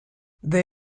they